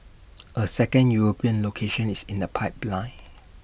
A second european location is in the pipeline